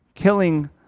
killing